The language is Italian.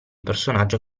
personaggio